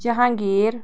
Jahangir